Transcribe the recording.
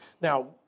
Now